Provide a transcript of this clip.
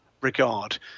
regard